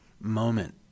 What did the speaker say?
moment